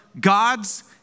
God's